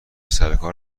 سرکار